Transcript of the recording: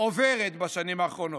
עוברת בשנים האחרונות.